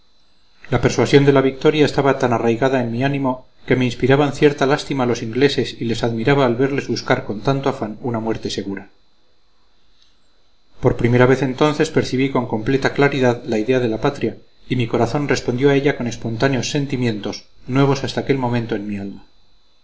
la persuasión de la victoria estaba tan arraigada en mi ánimo que me inspiraban cierta lástima los ingleses y les admiraba al verles buscar con tanto afán una muerte segura por primera vez entonces percibí con completa claridad la idea de la patria y mi corazón respondió a ella con espontáneos sentimientos nuevos hasta aquel momento en mi alma